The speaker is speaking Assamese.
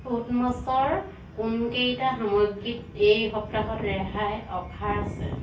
অ'ডমছৰ কোনকেইটা সামগ্ৰীত এই সপ্তাহত ৰেহাইৰ অ'ফাৰ আছে